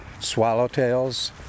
swallowtails